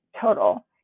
total